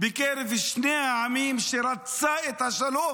בקרב שני העמים שרצה את השלום,